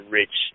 rich